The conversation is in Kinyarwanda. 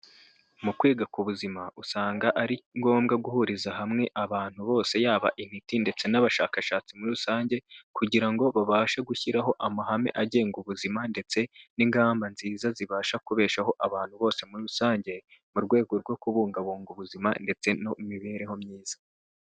Mu kwiga ku buzima usanga ari ngombwa guhuriza hamwe abantu bose, yaba intiti ndetse n'abashakashatsi muri rusange, kugira ngo babashe gushyiraho amahame agenga ubuzima ndetse n'ingamba nziza zibasha kubeshaho abantu bose muri rusange, mu rwego rwo kubungabunga ubuzima ndetse no mu mibereho myiza.